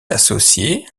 associé